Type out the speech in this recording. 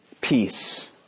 peace